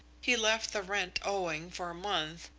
he left the rent owing for a month,